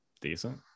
decent